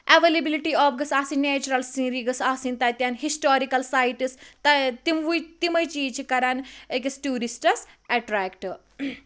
availability of گٔژھ آسٕنۍ natural scenery گٔژھ آسٕنۍ تتٮ۪ن ہِسٹارِکَل سایٹٕس تموٕے تمے چیٖز چھِ کَران أکِس ٹورِسٹَس اَٹریکٹ